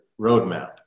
roadmap